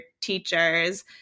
teachers